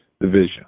division